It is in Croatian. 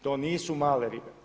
To nisu male ribe.